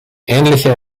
ähnliche